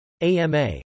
AMA